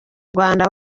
rwanda